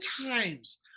times